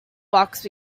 box